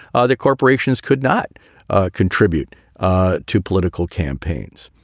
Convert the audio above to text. ah the corporations could not ah contribute ah to political campaigns.